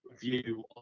view